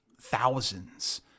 thousands